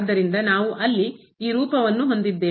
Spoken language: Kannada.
ಆದ್ದರಿಂದ ನಾವು ಅಲ್ಲಿ ಈ ರೂಪವನ್ನು ಹೊಂದಿದ್ದೇವೆ